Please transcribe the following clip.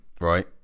Right